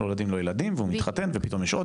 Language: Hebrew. נולדים לו ילדים והוא מתחתן ופתאום יש עוד